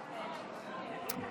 במחלה קשה),